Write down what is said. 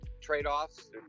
trade-offs